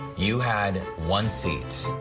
you had one seat.